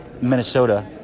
Minnesota